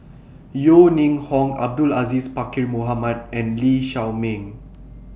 Yeo Ning Hong Abdul Aziz Pakkeer Mohamed and Lee Shao Meng